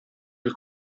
del